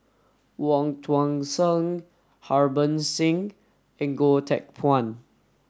Wong Tuang Seng Harbans Singh and Goh Teck Phuan